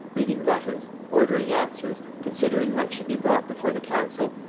reading letters, ordering answers, considering what should be brought before the council,